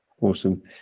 Awesome